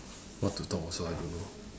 what to talk also I don't know